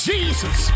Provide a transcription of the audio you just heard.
Jesus